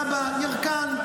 אבא ירקן,